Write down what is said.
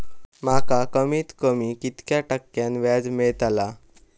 माका कमीत कमी कितक्या टक्क्यान व्याज मेलतला?